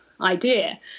idea